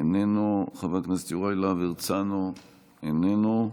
איננו, חבר הכנסת יוראי להב הרצנו, איננו,